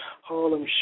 Harlem